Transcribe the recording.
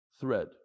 Thread